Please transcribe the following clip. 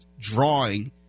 drawing